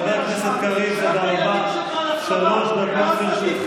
חבר הכנסת קריב, תודה רבה.